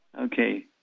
Okay